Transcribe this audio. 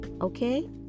okay